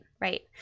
right